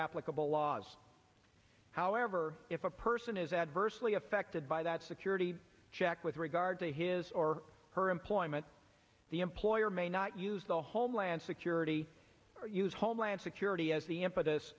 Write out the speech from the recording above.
applicable laws however if a person is adversely affected by that security check with regard to his or her employment the employer may not use the homeland security or use homeland security as the impetus